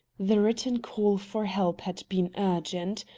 the written call for help had been urgent.